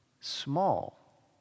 small